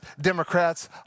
Democrats